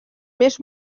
més